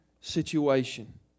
situation